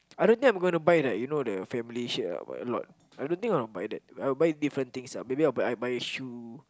I don't think I'm going to buy like you know the family shirt ah but a lot I don't think I want to buy that I will buy different things ah may maybe I buy shoe